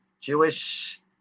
Jewish